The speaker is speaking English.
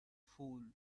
fool